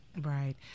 Right